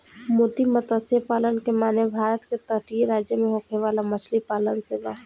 मोती मतस्य पालन के माने भारत के तटीय राज्य में होखे वाला मछली पालन से बा